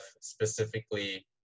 specifically